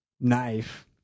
knife